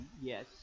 Yes